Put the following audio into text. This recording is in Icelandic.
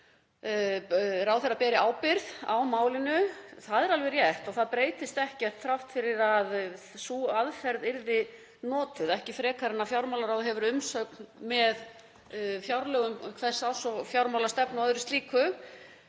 ráðherra beri ábyrgð á málinu. Það er alveg rétt og það breytist ekkert þrátt fyrir að sú aðferð yrði notuð, ekki frekar en að fjármálaráð veitir umsögn um fjárlög hvers árs og fjármálastefnu og annað slíkt.